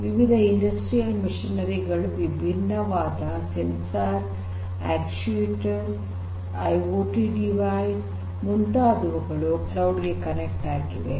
ವಿವಿಧ ಕೈಗಾರಿಕಾ ಯಂತ್ರೋಪಕರಣಗಳು ವಿಭಿನ್ನವಾದ ಸೆನ್ಸರ್ ಅಕ್ಟುಯೆಟರ್ ಐಓಟಿ ಡಿವೈಸ್ ಮುಂತಾದವುಗಳು ಕ್ಲೌಡ್ ಗೆ ಸಂಪರ್ಕವನ್ನುಹೊಂದಿವೆ